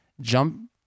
jump